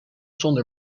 zonder